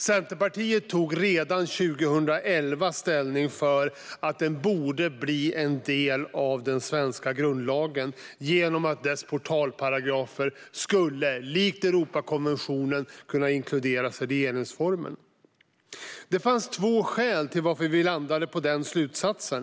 Centerpartiet tog redan 2011 ställning för att barnkonventionen borde bli en del av den svenska grundlagen genom att dess portalparagrafer likt Europakonventionen skulle inkluderas i regeringsformen. Det finns två skäl till att vi landade i denna slutats.